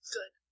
Good